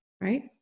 right